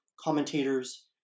commentators